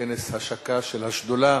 בכנס השקה של השדולה